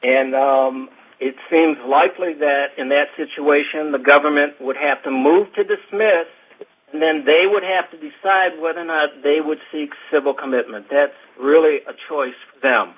and it seems likely that in that situation the government would have to move to dismiss and then they would have to decide whether or not they would seek civil commitment that's really a choice